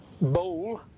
bowl